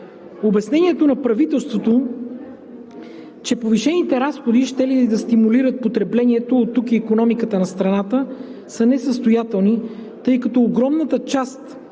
Обяснението на правителството, че повишените разходи са щели да стимулират потреблението, а оттук и икономиката на страната, са несъстоятелни, тъй като огромната част